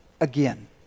again